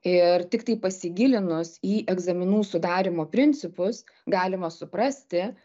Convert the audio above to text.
ir tiktai pasigilinus į egzaminų sudarymo principus galima suprasti